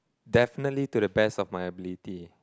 definitely to the best of my ability